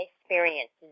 experiences